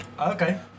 Okay